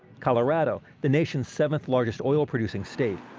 colorado, the nation's seventh largest oil producing state,